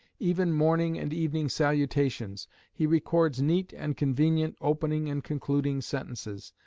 even morning and evening salutations he records neat and convenient opening and concluding sentences,